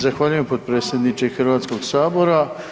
Zahvaljujem potpredsjedniče Hrvatskog sabora.